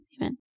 amen